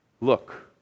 Look